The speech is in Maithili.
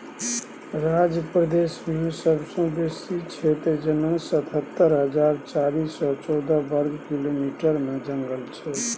मध्य प्रदेशमे सबसँ बेसी क्षेत्र जेना सतहत्तर हजार चारि सय चौदह बर्ग किलोमीटरमे जंगल छै